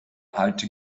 alte